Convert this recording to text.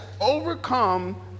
Overcome